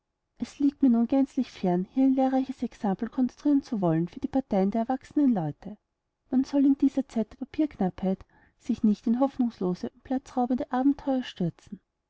es liegt mir nun gänzlich fern hier ein lehrreiches exempel konstruieren zu wollen für die parteien der erwachsenen leute man soll in dieser zeit der papierknappheit sich nicht in hoffnungslose und platzraubende abenteuer stürzen